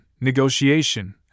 negotiation